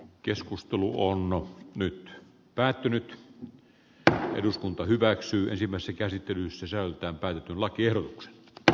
keskustelu on nyt päättynyt mutta eduskunta hyväksyy ensimmäisen käsittelyn sisältä päin lakiehdotuksen dr